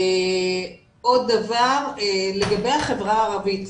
עוד דבר, לגבי החברה הערבית,